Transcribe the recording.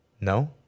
No